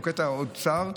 שהוא עוד קטע צר,